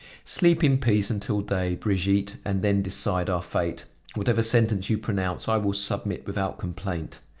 sleep in peace until day, brigitte, and then decide our fate whatever sentence you pronounce, i will submit without complaint.